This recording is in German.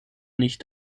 nicht